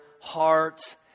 heart